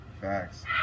Facts